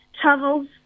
travels